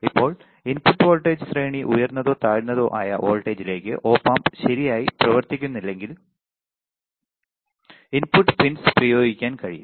ഇപ്പോൾ input voltage ശ്രേണി ഉയർന്നതോ താഴ്ന്നതോ ആയ വോൾട്ടേജിൽ ഒപ് ആം ശരിയായി പ്രവർത്തിക്കുന്നില്ലെങ്കിൽ ഇൻപുട്ട് പിൻസ് പ്രയോഗിക്കാൻ കഴിയും